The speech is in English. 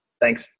Thanks